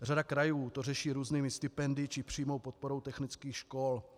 Řada krajů to řeší různými stipendii či přímou podporou technických škol.